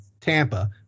Tampa